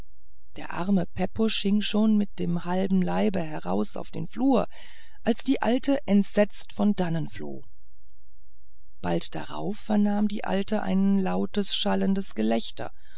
der arme pepusch hing schon mit dem halben leibe heraus auf den flur als die alte entsetzt von dannen floh bald darauf vernahm die alte ein lautes schallendes gelächter